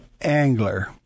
angler